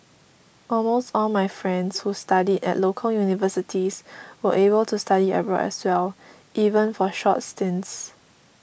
almost all my friends who studied at local universities were able to study abroad as well even for short stints